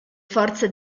forze